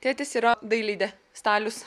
tėtis yra dailidė stalius